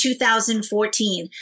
2014